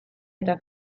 eta